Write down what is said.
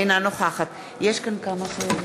אינה נוכחת תודה.